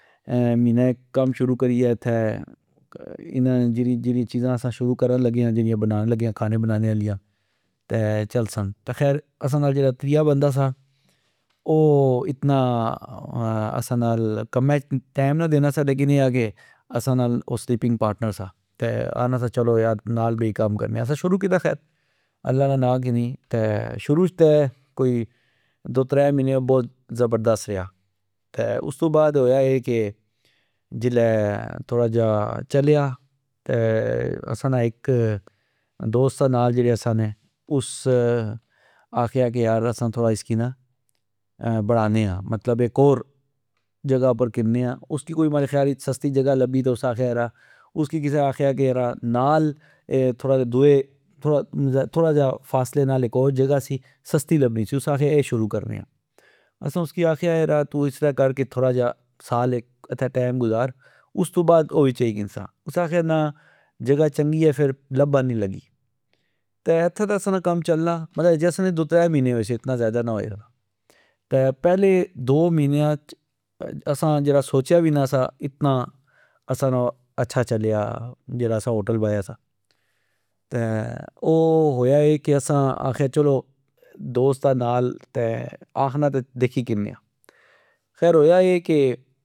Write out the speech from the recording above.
مہینا اک کم شروع کریہ ،انا جیڑیا چیزا اسا شروع کرن لگے آ جیڑیا کھانے بنانے آلیا چلسن ۔خیر اسا نال جیڑا تریا بندا سا او اتنا اسا نال کمہچ ٹئم نے دینا سا ۔اسا نال او سلیپنگ پارٹنر سا آنا سا چلو نال بئی کم کرنے آ ۔اسا شروع کیتا خیر اللہ نا نام کنی ۔شروع اچ تہ کوئی دو ترہ مہینے بوت زبردست ریا ۔تہ استو بعد ہویا اے کہ جلہ ،تھوڑا جا چلیا اسا ناک دوست سا نال اسا نے ،اس آکھیا کہ یار اسا تھوڑا اسی نا بڑھانے آ مطلب اک اور جگہ اپر کنے آ ۔اسی ماڑے خیال اچ سستی جگہ لبی تہ اس آکھیا یرا اس کی کسہ آکھیا کی نال تھوڑا جا دوئے ،تھوڑے جے فاصلے نال اک ہور جگہ سی سستی لبنی سی اس آکھیا اے شروع کرنے آ ۔اسا اسی آکھیا کہ تو اسرہ کر کہ سال اک ٹئم گزار استو بعد او وی چائی کنسا ،اس آکھیا نا جگہ چنگی اے فر لبن نی لگی ۔تہ اتھہ تہ اسا نا کم چلنا مطلب اسا نے دو ترہ مہینے ہوئے سے اتنا ذئدا نا ہویا ۔پہلے دو مہینیاچ اسا جیڑا سوچیا وی نا سا اتنا اسا نا اچھا چلیا ،جیڑا اسا ہوٹل بایا سا ۔تہ او ہویا اے کہ اسا آکھیا کہ دوست آ نال تہ آکھنا تہ دیکھی کنے آ ،خیر اویا اے کے